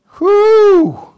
whoo